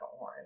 on